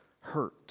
hurt